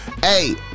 Hey